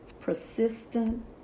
persistent